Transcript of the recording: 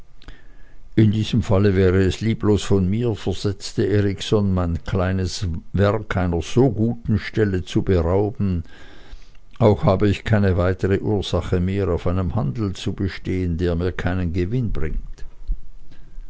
in diesem falle wäre es lieblos von mir versetzte erikson mein kleines werk einer so guten stelle zu berauben auch habe ich keine weitere ursache mehr auf einem handel zu bestehen der mir keinen gewinn bringt